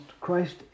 Christ